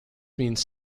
means